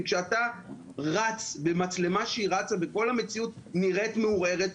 כשאתה רץ במצלמה וכל המציאות נראית מעורערת,